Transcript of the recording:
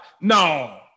no